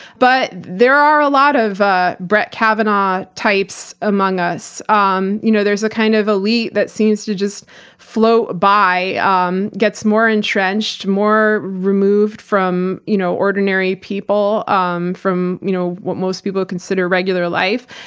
but there are a lot of brett kavanaugh types among us. um you know there's a kind of elite that seems to just flow by, um gets more entrenched, more removed from you know ordinary people, um from you know what most people consider regular life.